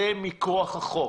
זה מכוח החוק.